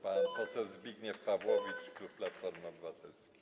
Pan poseł Zbigniew Pawłowicz, klub Platformy Obywatelskiej.